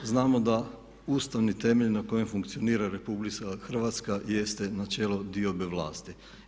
Znamo da ustavni temelj na kojem funkcionira RH jeste načelo diobe vlasti.